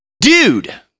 Dude